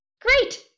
Great